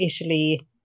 italy